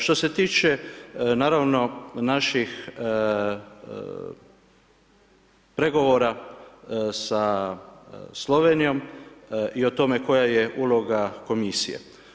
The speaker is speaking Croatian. Što se tiče naravno naših pregovora sa Slovenijom i o tome koja je uloga Komisije.